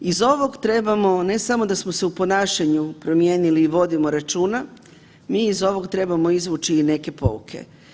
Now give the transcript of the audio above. Iz ovog trebamo, ne samo da smo se u ponašanju promijenili i vodimo računa, mi iz ovog trebamo izvući i neke pouke.